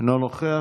אינו נוכח.